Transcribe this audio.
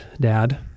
Dad